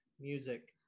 music